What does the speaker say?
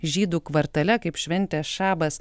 žydų kvartale kaip šventę šabas